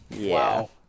Wow